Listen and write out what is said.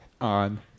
on